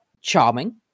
charming